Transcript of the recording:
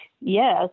yes